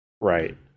Right